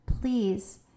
please